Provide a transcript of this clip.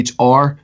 HR